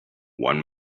one